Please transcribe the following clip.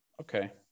Okay